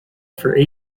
for